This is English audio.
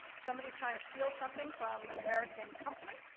somebody is trying to steal something from an american company,